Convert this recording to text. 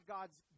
God's